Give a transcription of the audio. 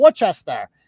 Worcester